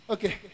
Okay